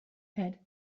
had